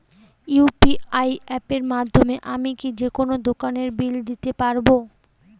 UPI অ্যাপের মাধ্যমে আমি কি যেকোনো দোকানের বিল দিতে পারবো?